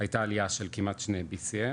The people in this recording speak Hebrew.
הייתה עלייה של כמעט שני BCM,